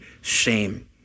shame